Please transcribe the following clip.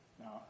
Now